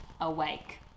awake